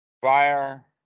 fire